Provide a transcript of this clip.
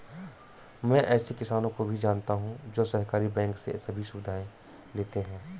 मैं ऐसे किसानो को भी जानता हूँ जो सहकारी बैंक से सभी सुविधाएं लेते है